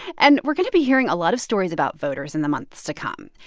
and we're going to be hearing a lot of stories about voters in the months to come.